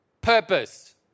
purpose